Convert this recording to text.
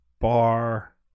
bar